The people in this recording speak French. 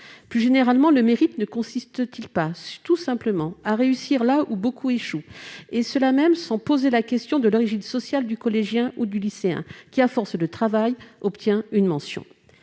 Plus généralement, le mérite ne consiste-t-il pas, tout simplement, à réussir là où beaucoup échouent, et cela même sans poser la question de l'origine sociale du collégien ou du lycéen, qui, à force de travail, obtient une mention ?